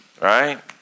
Right